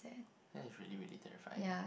that is really really terrifying